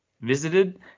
visited